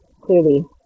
clearly